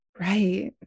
Right